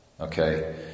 Okay